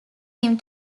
him